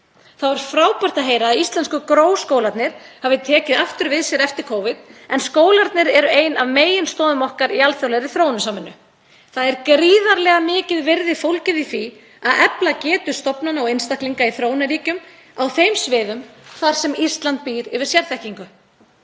Þá er frábært að heyra að íslensku GRÓ-skólarnir hafi tekið aftur við sér eftir Covid en skólarnir eru ein af meginstoðum okkar í alþjóðlegri þróunarsamvinnu. Það er gríðarlega mikið virði fólgið í því að efla getu stofnana og einstaklinga í þróunarríkjum á þeim sviðum þar sem Ísland býr yfir sérþekkingu.